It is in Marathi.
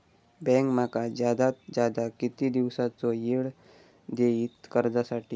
बँक माका जादात जादा किती दिवसाचो येळ देयीत कर्जासाठी?